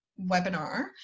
webinar